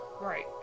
Right